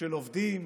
של עובדים